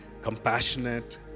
compassionate